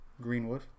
Greenwood